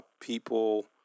People